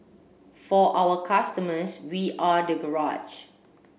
for our customers we are the garage